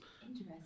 Interesting